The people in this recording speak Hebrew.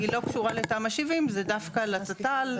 היא לא קשורה לתמ"א 70 זה דווקא לתת"ל,